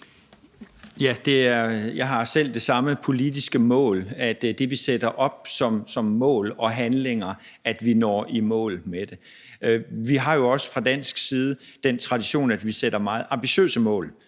Jeg har selv det samme politiske mål: at vi når i mål med det, vi sætter op som mål og handlinger. Vi har også fra dansk side den tradition, at vi sætter meget ambitiøse mål,